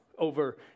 over